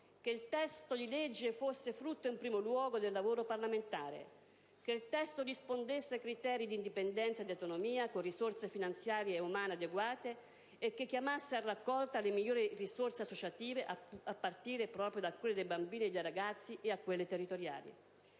che il testo di legge fosse frutto in primo luogo del lavoro parlamentare, che il testo rispondesse ai criteri di indipendenza e di autonomia, con risorse finanziarie e umane adeguate, e che chiamasse a raccolta le migliori risorse associative, a partire proprio da quelle dei bambini e dei ragazzi, e quelle territoriali.